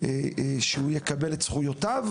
שהוא יקבל את זכויותיו,